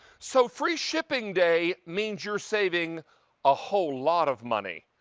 so free shipping day means you're saving a whole lot of money,